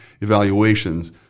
evaluations